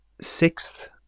sixth